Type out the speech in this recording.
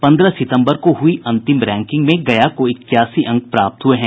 पन्द्रह सितम्बर को हई अंतिम रैंकिंग में गया को इकासी अंक प्राप्त हुए हैं